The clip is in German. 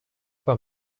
war